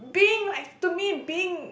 being like to me being